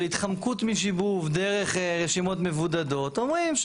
התחמקות משיבוב דרך רשימות מבודדות אומרים,